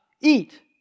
eat